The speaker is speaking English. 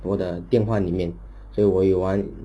我的电话里面所以我有玩